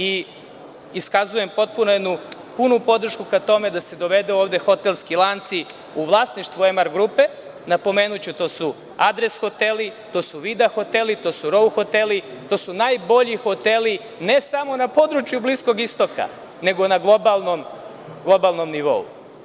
Iskazujem potpuno jednu punu podršku ka tome da se dovedu ovde hotelski lanci u vlasništvu „Emar grupe“, napomenuću, to su „Adres hoteli“, to su „Vida hoteli“, to su „Rou hoteli“, to su najbolji hoteli, ne samo na području Bliskog istoka, nego na globalnom nivou.